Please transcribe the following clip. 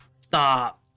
Stop